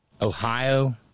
Ohio